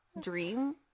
dream